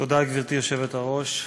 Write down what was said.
גברתי היושבת-ראש,